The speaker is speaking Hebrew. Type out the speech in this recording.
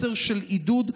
מסר של עידוד,